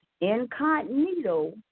Incognito